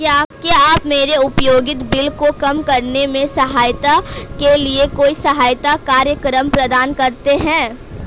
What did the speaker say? क्या आप मेरे उपयोगिता बिल को कम करने में सहायता के लिए कोई सहायता कार्यक्रम प्रदान करते हैं?